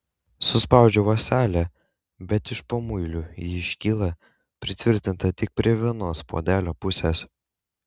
suspaudžiu ąselę bet iš pamuilių ji iškyla pritvirtinta tik prie vienos puodelio pusės